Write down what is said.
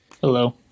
Hello